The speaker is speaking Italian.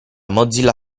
mozilla